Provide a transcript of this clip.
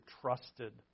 trusted